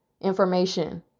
information